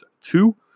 two